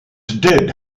did